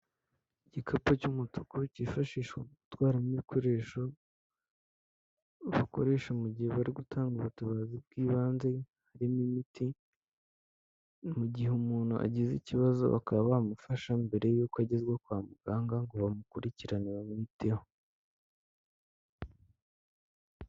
Igikapu cy'umutuku cyifashishwa gutwaramo ibikoresho bakoresha mu gihe bari gutanga ubutabazi bw'ibanze harimo imiti mu gihe umuntu agize ikibazo bakaba bamufasha mbere y'uko agezwa kwa muganga ngo bamukurikirane bamwiteho.